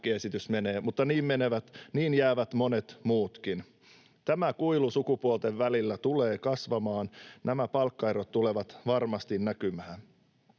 menee läpi, mutta niin jäävät monet muutkin. Tämä kuilu sukupuolten välillä tulee kasvamaan. Nämä palkkaerot tulevat varmasti näkymään.